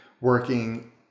working